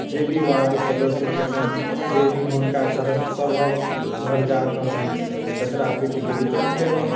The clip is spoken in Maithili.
जेभी वार्ड सदस्य छथिन जेभी हुनका तहत सभहक घर जाकऽ हम कचरा पेटीके वितरण केलहुँ